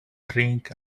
drink